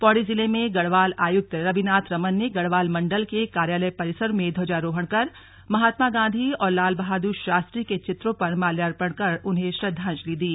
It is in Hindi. पौड़ी जिले में गढ़वाल आयुक्त रविनाथ रमन ने गढ़वाल मण्डल के कार्यालय परिसर में ध्वजारोहण कर महात्मा गांधी और लाल बहादुर शास्त्री के चित्रों पर माल्यार्पण कर उन्हें श्रद्वांजलि दी